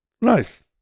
Nice